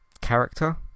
character